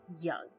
young